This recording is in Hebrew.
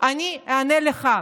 אני אענה לך.